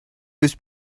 was